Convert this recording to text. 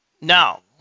Now